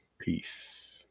peace